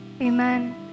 Amen